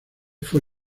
fue